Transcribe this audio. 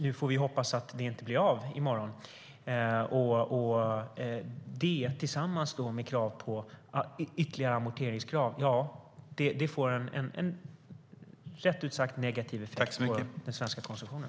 Nu får vi hoppas att det inte blir av i morgon. Men detta, tillsammans med ytterligare amorteringskrav, får en rent ut sagt negativ effekt på den svenska konsumtionen.